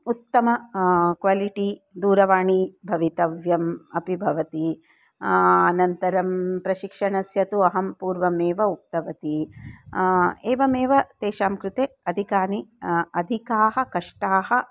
उत्तम क्वालिटि दूरवाणी भवितव्यम् अपि भवति अनन्तरं प्रशिक्षणस्य तु अहं पूर्वमेव उक्तवती एवमेव तेषां कृते अधिकानि अधिकानि कष्टानि